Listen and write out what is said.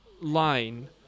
line